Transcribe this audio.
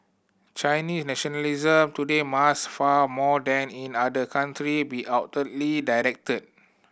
Chinese nationalism today must far more than in other country be outwardly directed